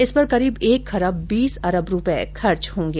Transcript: इस पर करीब एक खरब बीस अरब रूपये खर्च होंगे